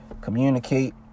communicate